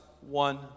one